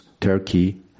Turkey